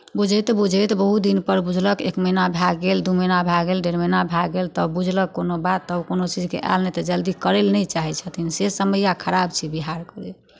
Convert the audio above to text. बूझैत बूझैत बहुत दिनपर बुझलक एक महीना भए गेल दू महीना भए गेल डेढ़ महीना भए गेल तब बुझलक कोनो बात तब कोनो चीजके आयल नहि तऽ जल्दी करय लेल नहि चाहै छथिन से समैआ खराप छै बिहारके